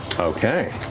okay.